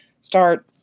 start